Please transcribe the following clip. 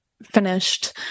finished